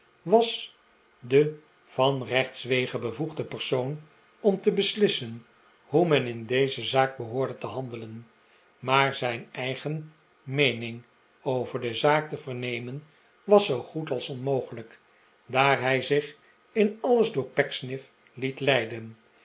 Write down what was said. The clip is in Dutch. was de van rechtswege bevoegde persoon om te beslissen hoe men in deze zaak behoorde te handelen maar zijn eigen meening over de zaak te vernemen was zoo goed als onmogelijk daar hij zich in alles door pecksniff het leiden